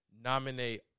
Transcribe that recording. nominate